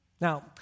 Now